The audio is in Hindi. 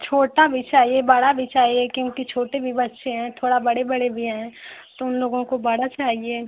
छोटा भी चाहिए बड़ा भी चाहिए क्योंकि छोटे भी बच्चे हैं थोड़ा बड़े बड़े भी हैं तो उन लोगों को बड़ा चाहिए